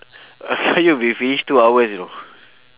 I can't believe we finish two hours you know